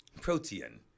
Protein